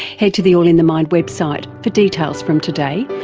head to the all in the mind website for details from today,